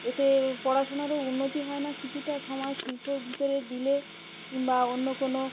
এতে পড়াশোনারও উন্নতি হয় না কিছুটা সময় শিল্পর ভিতরে দিলে কিংবা অন্য কোনো